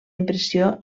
impressió